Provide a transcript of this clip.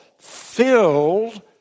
filled